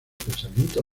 pensamiento